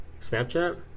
Snapchat